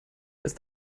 ist